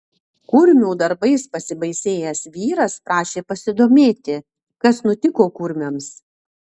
kurmių darbais pasibaisėjęs vyras prašė pasidomėti kas nutiko kurmiams